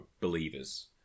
believers